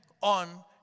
on